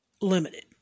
limited